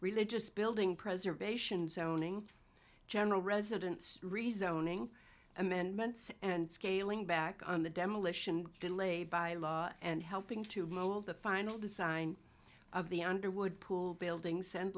religious building preservation zoning general residence rezoning amendments and scaling back on the demolition delay by law and helping to mold the final design of the underwood pool building